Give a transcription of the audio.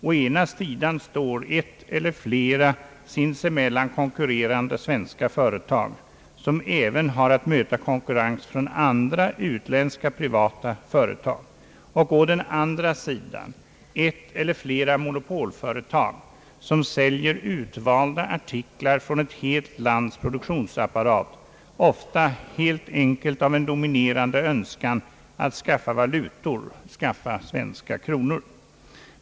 Å ena sidan står ett eller flera sinsemellan konkurrerande svens ka företag, som även har att möta konkurrens från andra utländska privata företag, och å den andra sidan ett eller flera monopolföretag, som säljer utvalda artiklar från ett helt lands produktionsapparat, ofta helt enkelt av en dominerande önskan att skaffa valutor, skaffa svenska kronor.